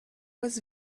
was